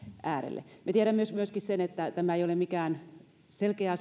äärelle me tiedämme myöskin sen että tämä ei ole mikään selkeä